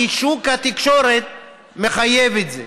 כי שוק התקשורת מחייב את זה.